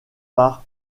par